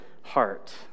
heart